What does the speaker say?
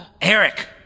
Eric